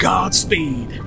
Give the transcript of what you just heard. Godspeed